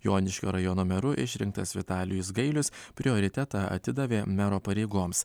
joniškio rajono meru išrinktas vitalijus gailius prioritetą atidavė mero pareigoms